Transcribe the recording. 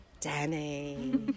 Danny